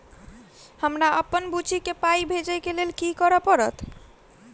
हमरा अप्पन बुची केँ पाई भेजइ केँ लेल की करऽ पड़त?